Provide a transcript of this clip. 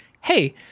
hey